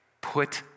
Put